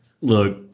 Look